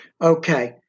okay